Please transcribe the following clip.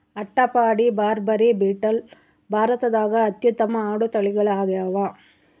ಅಟ್ಟಪಾಡಿ, ಬಾರ್ಬರಿ, ಬೀಟಲ್ ಭಾರತದಾಗ ಅತ್ಯುತ್ತಮ ಆಡು ತಳಿಗಳಾಗ್ಯಾವ